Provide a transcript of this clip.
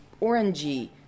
orangey